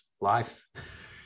life